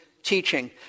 teaching